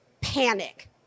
panic